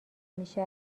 میشه